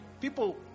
people